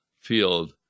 field